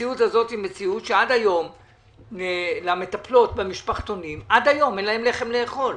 המציאות הזאת היא מציאות שעד היום למטפלות במשפחתונים אין לחם לאכול.